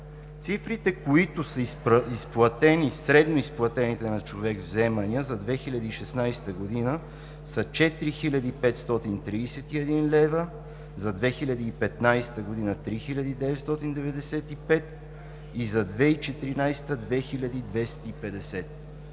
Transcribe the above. Цифрите, които са изплатени – средноизплатените на човек вземания за 2016 г. са – 4531 лв., за 2015 г. – 3995 лв. и за 2014 г. – 2250 лв.